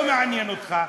למה לא מעניין אותך?